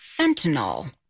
fentanyl